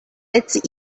its